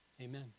Amen